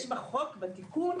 צריך לעשות התאמה באופן ברור.